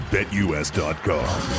BetUS.com